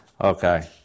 Okay